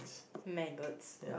maggots